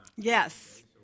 Yes